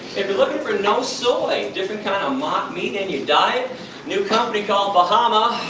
if you're looking for no soy, a different kind of mock meat in you diet, a new company called bahama.